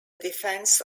defense